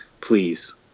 Please